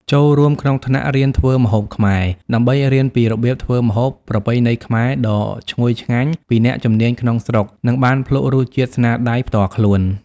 ចូលរួមក្នុងថ្នាក់រៀនធ្វើម្ហូបខ្មែរ ដើម្បីរៀនពីរបៀបធ្វើម្ហូបប្រពៃណីខ្មែរដ៏ឈ្ងុយឆ្ងាញ់ពីអ្នកជំនាញក្នុងស្រុក និងបានភ្លក់រសជាតិស្នាដៃផ្ទាល់ខ្លួន។